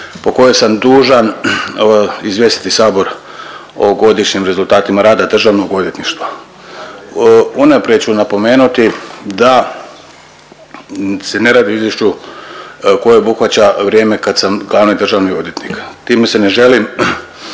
po kojoj sam dužan izvijestiti sabor o godišnjim rezultatima rada državnog odvjetništva. Unaprijed ću napomenuti da se ne radi o izvješću koje obuhvaća vrijeme kad sam glavni državni odvjetnik. Time se ne želim